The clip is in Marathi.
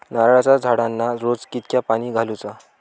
नारळाचा झाडांना रोज कितक्या पाणी घालुचा?